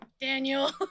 Daniel